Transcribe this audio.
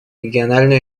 региональную